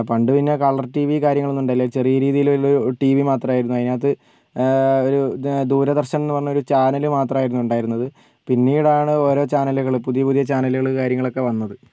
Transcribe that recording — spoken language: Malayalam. പണ്ട് പിന്നെ കളർ ടി വി കാര്യങ്ങളൊന്നും ഉണ്ടായില്ല ചെറിയ രീതിയിൽ ഒരു ടി വി മാത്രമായിരുന്നു അതിനകത്ത് ഒരു ദൂരദർശൻ എന്ന് പറഞ്ഞൊരു ചാനൽ മാത്രമായിരുന്നു ഉണ്ടായിരുന്നത് പിന്നീടാണ് ഓരോ ചാനലുകൾ പുതിയ പുതിയ ചാനലുകൾ കാര്യങ്ങളൊക്കെ വന്നത്